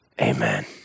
Amen